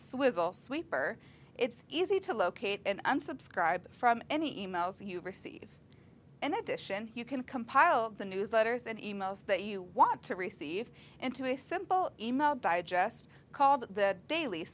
swizzle sweeper it's easy to locate and unsubscribe from any emails you receive and addition you can compile the newsletters and emails that you want to receive into a simple email digest called the daily